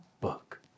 book